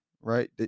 right